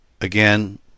Again